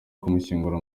kumushyingura